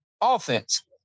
offense